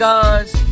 God's